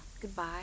Goodbye